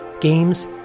games